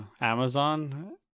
amazon